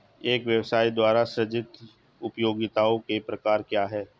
एक व्यवसाय द्वारा सृजित उपयोगिताओं के प्रकार क्या हैं?